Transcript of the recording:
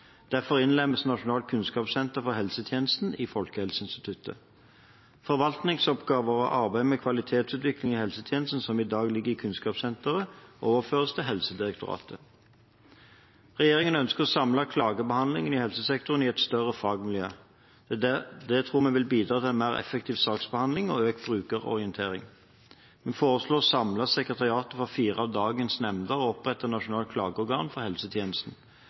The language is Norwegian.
Derfor innlemmes Nasjonalt kunnskapssenter for helsetjenesten i Folkehelseinstituttet. Forvaltningsoppgaver og arbeid med kvalitetsutvikling i helsetjenesten som i dag ligger til Kunnskapssenteret, overføres til Helsedirektoratet. Regjeringen ønsker å samle klagebehandlingen i helsesektoren i et større fagmiljø. Dette tror vi vil bidra til en mer effektiv saksbehandling og økt brukerorientering. Vi foreslår å samle sekretariatene for fire av dagens nemnder og opprette Nasjonalt klageorgan for helsetjenesten.